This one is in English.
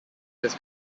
his